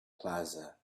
plaza